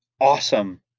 awesome